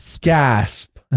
Gasp